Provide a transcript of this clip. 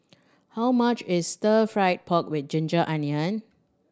how much is stir fried pork with ginger onion